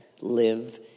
live